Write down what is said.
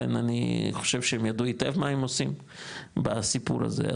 לכן אני חושב שהם ידעו היטב מה הם עושים בסיפור הזה.